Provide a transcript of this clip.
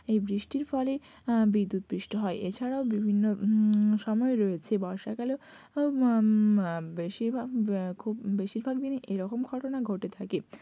এই বৃষ্টির ফলে বিদ্যুৎস্পৃষ্ট হয় এছাড়াও বিভিন্ন সময় রয়েছে বর্ষাকালে বেশিরভাগ খুব বেশিরভাগ দিনই এরকম ঘটনা ঘটে থাকে